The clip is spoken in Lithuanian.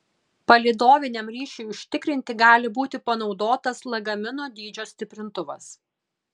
palydoviniam ryšiui užtikrinti gali būti panaudotas lagamino dydžio stiprintuvas